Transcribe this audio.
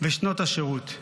ושנת השירות.